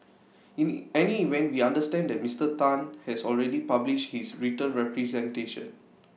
in any event we understand that Mister Tan has already published his written representation